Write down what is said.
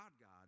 God